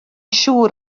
siŵr